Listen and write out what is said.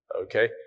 Okay